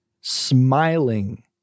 smiling